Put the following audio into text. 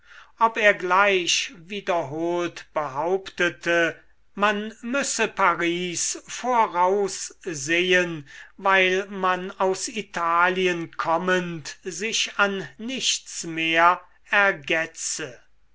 ob er gleich wiederholt behauptete man müsse paris voraus sehen weil man aus italien kommend sich an nichts mehr ergetze